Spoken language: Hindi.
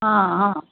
हाँ हाँ